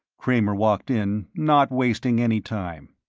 kramer walked in, not wasting any time.